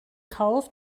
kauf